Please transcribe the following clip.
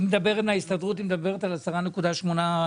נציגת ההסתדרות מדברת על 10.8%,